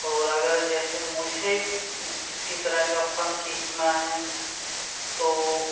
اور اگر جیسے مجھے کسی طرح کا فن سیکھنا ہے تو